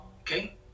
okay